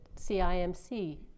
CIMC